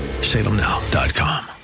salemnow.com